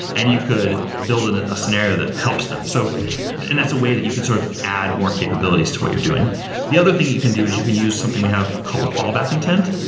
and you could build and a scenario that helps them. so and that's a way that you could sort of add more capabilities to what you're doing the other thing you can do is you can use something we have called a fallback intent,